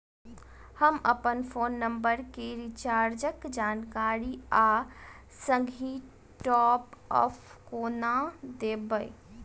हम अप्पन phone number केँ रिचार्जक जानकारी आ संगहि टॉप अप कोना देखबै?